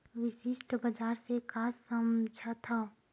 विशिष्ट बजार से का समझथव?